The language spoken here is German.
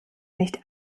nicht